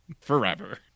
forever